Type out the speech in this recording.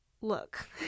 look